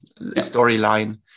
storyline